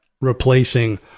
replacing